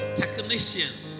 technicians